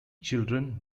children